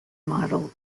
model